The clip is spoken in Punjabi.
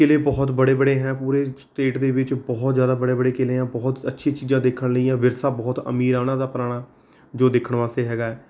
ਕਿਲ੍ਹੇ ਬਹੁਤ ਬੜੇ ਬੜੇ ਹੈ ਪੂਰੇ ਸਟੇਟ ਦੇ ਵਿੱਚ ਬਹੁਤ ਜ਼ਿਆਦਾ ਬੜੇ ਬੜੇ ਕਿਲ੍ਹੇ ਆ ਬਹੁਤ ਅੱਛੀ ਚੀਜ਼ਾਂ ਦੇਖਣ ਲਈ ਆ ਵਿਰਸਾ ਬਹੁਤ ਅਮੀਰ ਆ ਉਹਨਾਂ ਦਾ ਪੁਰਾਣਾ ਜੋ ਦੇਖਣ ਵਾਸਤੇ ਹੈਗਾ ਹੈ